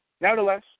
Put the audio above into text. Nevertheless